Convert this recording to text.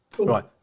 right